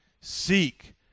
seek